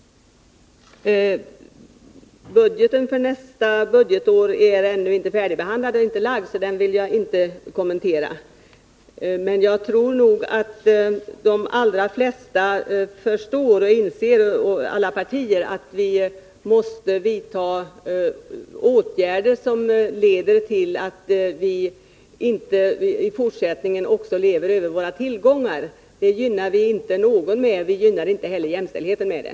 Budgeten för nästa budgetår är ännu inte färdigbehandlad, och därför vill jag inte kommentera den. Men jag tror nog att de allra flesta förstår och inser, inom alla partier, att vi måste vidta åtgärder som leder till att vi inte också i fortsättningen lever över våra tillgångar. Annars gynnar vi inte någon, och inte heller jämställdhetsarbetet.